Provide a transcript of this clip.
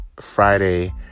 Friday